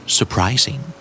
Surprising